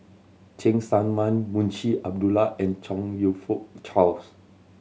Cheng Tsang Man Munshi Abdullah and Chong You Fook Charles